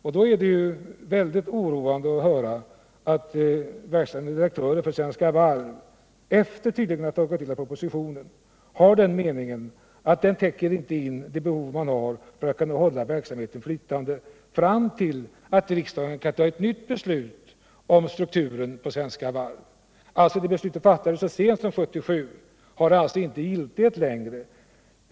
Därför är det väldigt oroande att höra att verkställande direktören för Svenska Varv menar att propositionen — som han tydligen har tagit del av — inte täcker vad man behöver för att hålla verksamheten flytande tills riksdagen fattar ett nytt beslut om strukturen på Svenska Varv. Det beslut vi fattade så sent som 1977 har alltså inte giltighet längre.